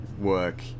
work